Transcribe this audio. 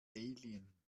alien